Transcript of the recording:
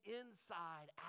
inside